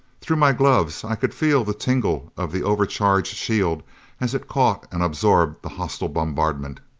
through my gloves i could feel the tingle of the over charged shield as it caught and absorbed the hostile bombardment.